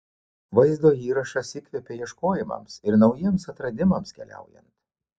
vaizdo įrašas įkvepia ieškojimams ir naujiems atradimams keliaujant